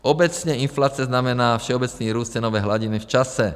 Obecně inflace znamená všeobecný růst cenové hladiny v čase.